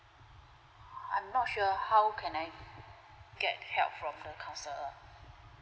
I'm not sure how can I get help from the counsellor